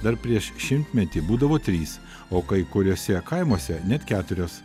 dar prieš šimtmetį būdavo trys o kai kuriuose kaimuose net keturios